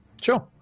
Sure